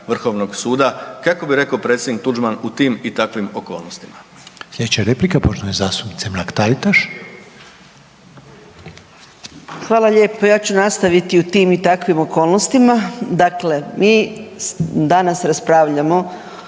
Vrhovnog suda kako bi rekao predsjednik Tuđman u tim i takvim okolnostima.